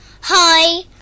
Hi